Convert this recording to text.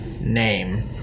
name